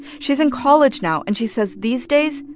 she's in college now, and she says these days,